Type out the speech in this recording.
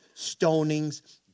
stonings